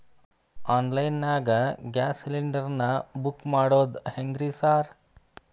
Online ನಾಗ gas cylinder ನಾ book ಮಾಡೋದ್ ಹೆಂಗ್ರಿ ಸಾರ್?